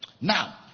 Now